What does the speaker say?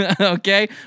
okay